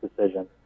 decision